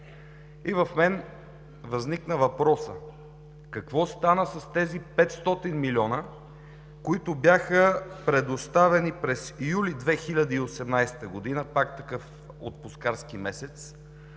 И в мен възникна въпросът: какво стана с тези 500 милиона, които бяха предоставени през месец юли 2018 г., пак такъв отпускарски месец,